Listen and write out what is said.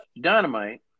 Dynamite